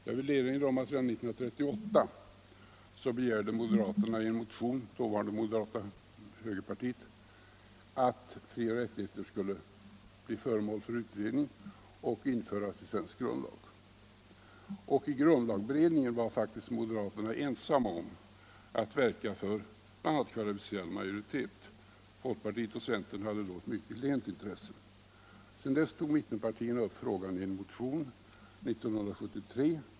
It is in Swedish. Jag vill erinra om att redan 1938 — Allmänpolitisk begärde dåvarande högerpartiet i en motion att frioch rättigheter skulle = debatt bli föremål för utredning och införas i svensk grundlag. Och i grundlagberedningen var moderaterna faktiskt ensamma om att verka för kvalificerad majoritet. Folkpartiet och centern hade då ett mycket klent intresse för den frågan. Senare tog mittenpartierna upp frågan i en motion 1973.